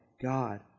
God